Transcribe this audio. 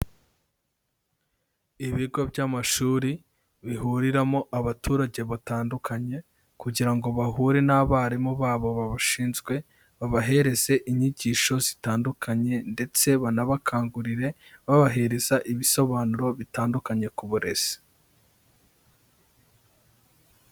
Ibigo by'amashuri bihuriramo abaturage batandukanye kugira ngo bahure n'abarimu babo babashinzwe, babahereze inyigisho zitandukanye ndetse banabakangurire babahereza ibisobanuro bitandukanye ku burezi.